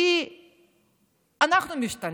כי אנחנו משתנים,